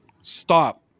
Stop